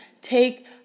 take